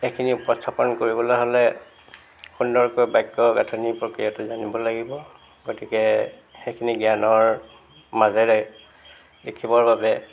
সেইখিনি উপস্থাপন কৰিবলৈ হ'লে সুন্দৰকৈ বাক্য়ৰ গাঁথনি প্ৰক্ৰিয়াটো জানিব লাগিব গতিকে সেইখিনি জ্ঞানৰ মাজেৰে লিখিবৰ বাবে